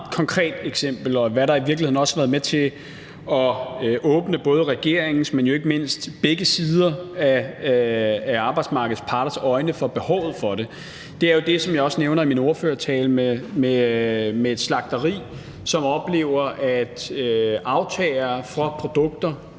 konkret eksempel, som i virkeligheden også har været med til at åbne både regeringens, men jo ikke mindst begge arbejdsmarkedets parters øjne for behovet for det. Det er jo det, som jeg også nævner i min tale, med et slagteri, som oplever, at aftagere af produkter